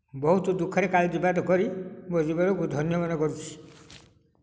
ବହୁତ ଦୁଃଖରେ କାଳତିପାତ କରି ମୋ ଜୀବନ କୁ ଧନ୍ୟ ମନେ କରୁଛି